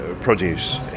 produce